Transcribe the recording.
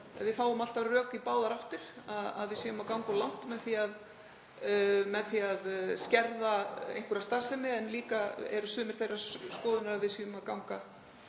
Við fáum alltaf rök í báðar áttir, að við séum að ganga of langt með því að skerða einhverja starfsemi, en sumir eru þeirrar skoðanir að við séum að ganga